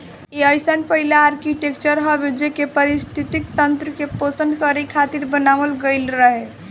इ अइसन पहिला आर्कीटेक्चर हवे जेके पारिस्थितिकी तंत्र के पोषण करे खातिर बनावल गईल रहे